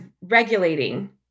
regulating